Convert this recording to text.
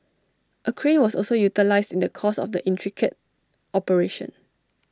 A crane was also utilised in the course of the intricate operation